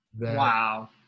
Wow